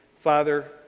Father